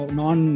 non